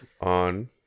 on